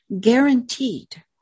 Guaranteed